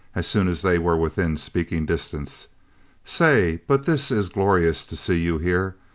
as soon as they were within speaking distance say, but this is glorious to see you here!